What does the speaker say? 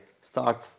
start